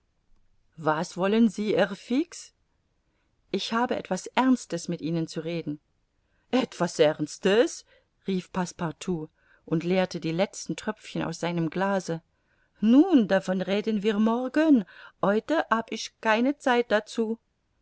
was wollen sie herr fix ich habe etwas ernstes mit ihnen zu reden etwas ernstes rief passepartout und leerte die letzten tröpfchen aus seinem glase nun davon reden wir morgen heute hab ich keine zeit dazu